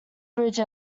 bridge